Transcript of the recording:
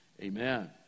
Amen